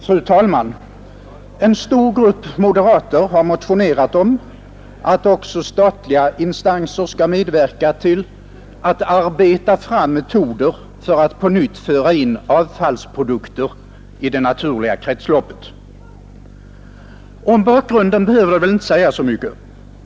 Fru talman! En stor grupp moderater har motionerat om att också statliga instanser skall medverka till att arbeta fram metoder för att på nytt föra in avfallsprodukter i det naturliga kretsloppet. Om bakgrunden behöver väl inte mycket sägas.